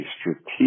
strategic